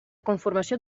conformació